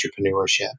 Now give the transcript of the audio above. entrepreneurship